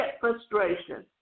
frustration